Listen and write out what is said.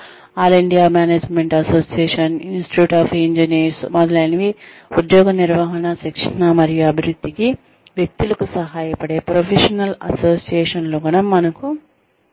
all India management association institution of engineers మొదలైనవి ఉద్యోగ నిర్వహణ శిక్షణ మరియు అభివృద్ధికి వ్యక్తులకు సహాయపడే ప్రొఫెషనల్ అసోసియేషన్లు మనకు ఉన్నాయి